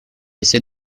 essaie